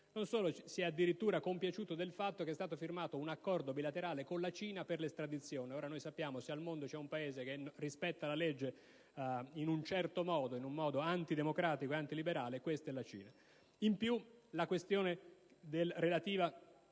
Non solo: si è addirittura compiaciuto del fatto che è stato firmato un accordo bilaterale con la Cina per l'estradizione. Ora, noi sappiamo che, se al mondo c'è un Paese che rispetta la legge in un modo antidemocratico e antiliberale, questo Paese è la Cina. Inoltre, per quanto concerne